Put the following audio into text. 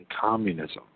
communism